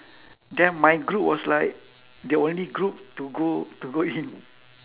then my group was like the only group to go to go in